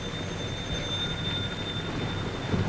some